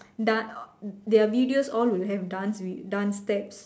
dance or their videos will all have dance vi dance steps